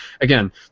again